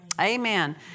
Amen